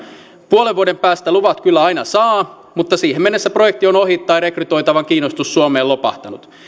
puolen vuoden päästä luvat kyllä aina saa mutta siihen mennessä projekti on ohi tai rekrytoitavan kiinnostus suomeen lopahtanut